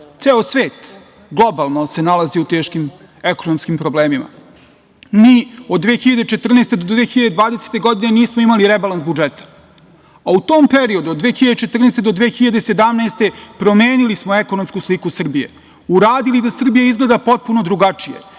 Ceo svet globalno se nalazi u teškim ekonomskim problemima. Mi od 2014. do 2020. godine nismo imali rebalans budžeta, a u tom periodu od 2014. do 2017. godine promenili smo ekonomsku sliku Srbije, uradili da Srbija izgleda potpuno drugačije.